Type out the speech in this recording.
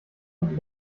und